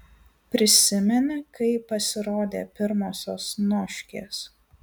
prisimeni kai pasirodė pirmosios noškės